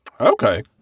Okay